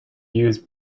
use